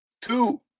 Two